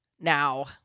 now